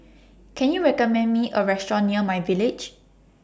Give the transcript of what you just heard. Can YOU recommend Me A Restaurant near My Village